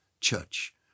church